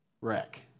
wreck